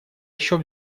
еще